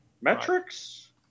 metrics